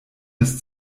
des